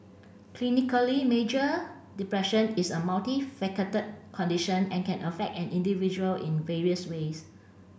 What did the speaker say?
clinically major depression is a condition and can affect an individual in various ways